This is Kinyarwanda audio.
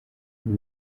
ubu